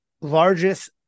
largest